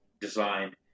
designed